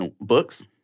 Books